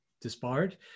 disbarred